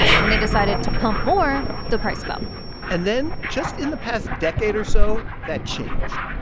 when they decided to pump more, the price fell and then just in the past decade or so, that changed.